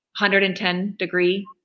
110-degree